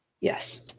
Yes